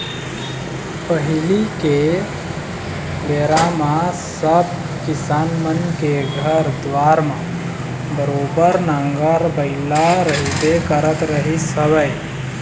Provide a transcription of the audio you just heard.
पहिली के बेरा म सब किसान मन के घर दुवार म बरोबर नांगर बइला रहिबे करत रहिस हवय